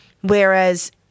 Whereas